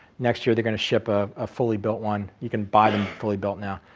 next year they're going to ship a ah fully built one, you can buy them fully built now.